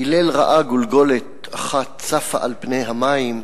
הלל ראה גולגולת אחת צפה על פני המים,